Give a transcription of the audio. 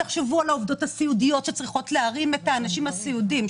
תחשבו על העובדות הסיעודיות שצריכות להרים את האנשים הסיעודיים,